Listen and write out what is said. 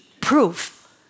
proof